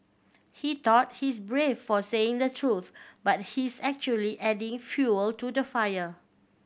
he thought he's brave for saying the truth but he's actually adding fuel to the fire